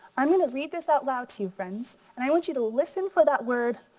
i'm gonna read this out loud to you friends and i want you to listen for that word,